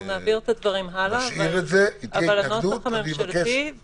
נעביר את הדברים הלאה אבל הנוסח הממשלתי,